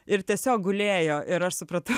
ir tiesiog gulėjo ir aš supratau